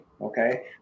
okay